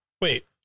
Wait